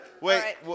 Wait